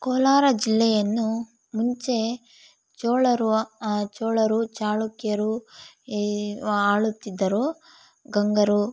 ಕೋಲಾರ ಜಿಲ್ಲೆಯನ್ನು ಮುಂಚೆ ಚೋಳರು ಚೋಳರು ಚಾಳುಕ್ಯರು ಈ ಆಳುತ್ತಿದ್ದರು ಗಂಗರು